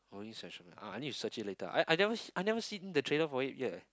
holy session I need to search it later I I never I never seen the trailer for it yet eh